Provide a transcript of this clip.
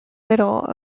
middle